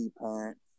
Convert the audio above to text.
parent